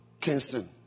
Kingston